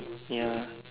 ya